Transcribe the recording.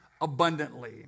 abundantly